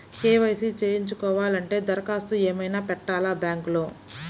KYC చేయించుకోవాలి అంటే దరఖాస్తు ఏమయినా పెట్టాలా బ్యాంకులో?